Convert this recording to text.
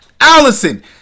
allison